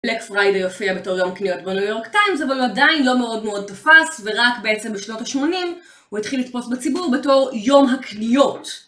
בלק פריידי הופיע בתור יום קניות בניו יורק טיימס אבל הוא עדיין לא מאוד מאוד תפס ורק בעצם בשנות ה-80 הוא התחיל לתפוס בציבור בתור יום הקניות